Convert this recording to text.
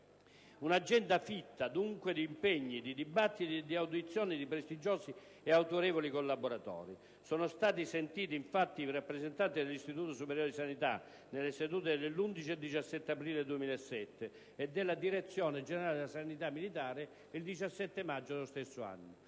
Un'agenda fitta, dunque, di impegni, di dibattiti e di audizioni di prestigiosi e autorevoli collaboratori. Sono stati sentiti, infatti, i rappresentanti dell'Istituto superiore di sanità nelle sedute dell'11 e del 17 aprile 2007, e della Direzione generale della Sanità militare, il 17 maggio dello stesso anno: